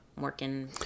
working